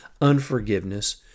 unforgiveness